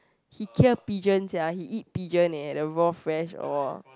he kill pigeon sia he eat pigeon eh the raw fresh all